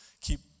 keep